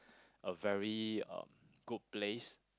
a very um good place